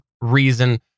reason